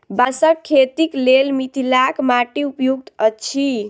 बाँसक खेतीक लेल मिथिलाक माटि उपयुक्त अछि